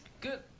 good